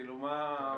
כאילו, מה קרה?